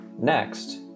Next